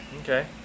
okay